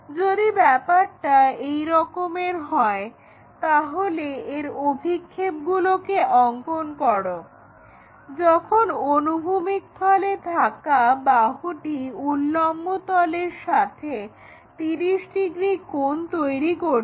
যদি ব্যাপারটা এই রকমের হয় তাহলে এর অভিক্ষেপগুলোকে অঙ্কন করো যখন অনুভূমিক তলে থাকা বাহুটি উল্লম্ব তলের সাথে 30 ডিগ্রি কোণ তৈরি করছে